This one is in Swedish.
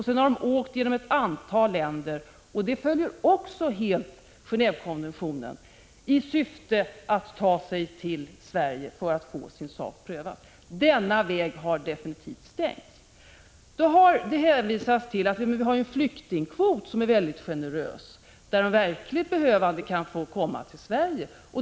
De har sedan åkt genom ett antal länder — helt i enlighet med Gen&vekonventionens regler — i syfte att ta sig till Sverige för att få sin sak prövad. Denna väg har definitivt stängts. Det har dessutom hänvisats till att vi har en mycket generös flyktingkvot, som möjliggör för de verkligt behövande att komma till Sverige.